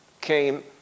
came